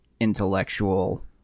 Intellectual